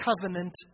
covenant